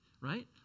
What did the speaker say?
right